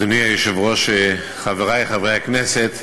אדוני היושב-ראש, חברי חברי הכנסת,